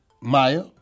Maya